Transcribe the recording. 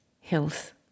health